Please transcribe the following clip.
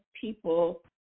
people